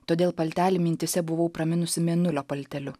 todėl paltelį mintyse buvau praminusi mėnulio palteliu